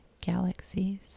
galaxies